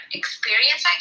experience